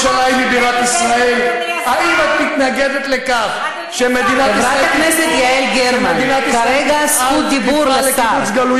האם את מתנגדת לכך שהמנון המדינה הוא התקווה?